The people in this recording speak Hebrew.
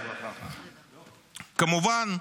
כמובן,